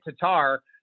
Tatar